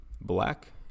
black